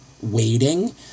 waiting